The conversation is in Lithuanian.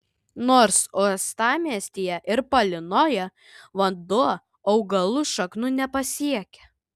nors uostamiestyje ir palynoja vanduo augalų šaknų nepasiekia